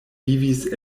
vivis